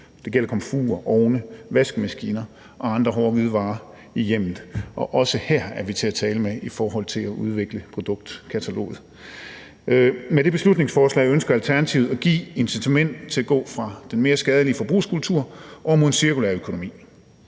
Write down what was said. Det gælder komfurer, ovne, vaskemaskiner og andre hårde hvidevarer i hjemmet. Også her er vi til at tale med i forhold til at udvikle produktkataloget. Med beslutningsforslaget ønsker Alternativet at give et incitament til at gå fra den mere skadelige forbrugskultur over mod en cirkulær økonomi.